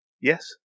Yes